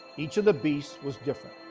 each of the beasts was different.